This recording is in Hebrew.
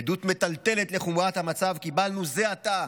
עדות מטלטלת לחומרת המצב קיבלנו זה עתה